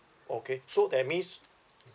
okay so that means